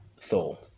Thor